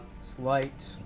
slight